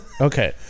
Okay